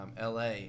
la